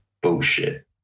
Bullshit